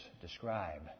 describe